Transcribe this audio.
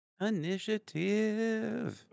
Initiative